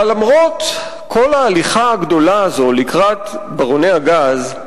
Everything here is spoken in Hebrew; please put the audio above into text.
אבל למרות כל ההליכה הגדולה הזו לקראת ברוני הגז,